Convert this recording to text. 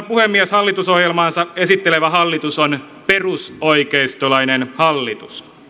hallitusohjelmaansa esittelevä hallitus on perusoikeistolainen hallitus